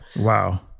wow